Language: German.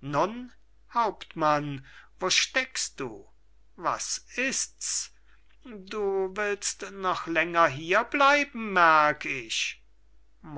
nun hauptmann wo steckst du was ists du willst noch länger hier bleiben merk ich